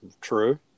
True